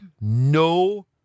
no